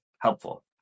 helpful